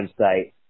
website